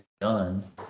done